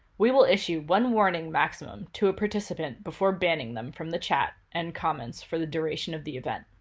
we will issue one warning maximum to a participant before banning them from the chat and comments for the duration of the event.